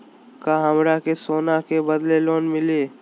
का हमरा के सोना के बदले लोन मिलि?